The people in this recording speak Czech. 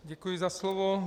Děkuji za slovo.